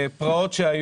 פרעות.